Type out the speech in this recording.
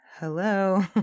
Hello